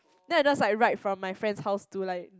then I just like ride from my friend's house to like